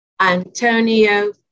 Antonio